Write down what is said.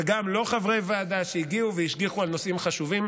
וגם לא חברי ועדה שהגיעו והשגיחו על נושאים חשובים,